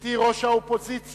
גברתי ראש האופוזיציה,